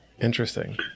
Interesting